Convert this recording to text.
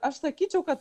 aš sakyčiau kad